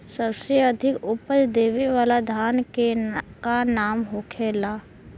सबसे अधिक उपज देवे वाला धान के का नाम होखे ला?